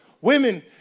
Women